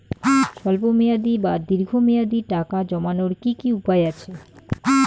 স্বল্প মেয়াদি বা দীর্ঘ মেয়াদি টাকা জমানোর কি কি উপায় আছে?